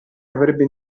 avrebbe